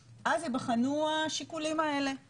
של ועדת הפנים והגנת הסביבה ולא על שולחנה של הכנסת